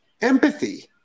Empathy